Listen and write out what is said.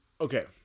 Okay